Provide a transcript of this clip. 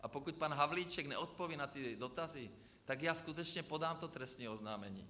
A pokud pan Havlíček neodpoví na ty dotazy, tak já skutečně podám trestní oznámení.